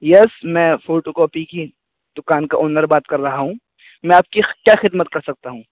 یس میں photocopy کی دکان کا اونر بات کر رہا ہوں میں آپ کی کیا خدمت کر سکتا ہوں